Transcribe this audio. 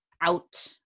out